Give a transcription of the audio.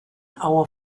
our